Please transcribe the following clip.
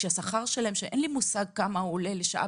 כשהשכר שלהם אין לי מושג כמה הוא לשעה,